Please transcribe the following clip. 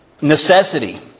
necessity